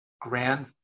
grand